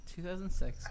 2006